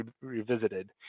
Revisited